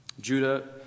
Judah